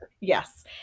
Yes